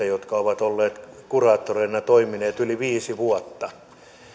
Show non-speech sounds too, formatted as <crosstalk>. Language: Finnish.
<unintelligible> jotka ovat kuraattoreina toimineet yli viisi vuotta